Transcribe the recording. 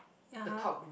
ya !huh!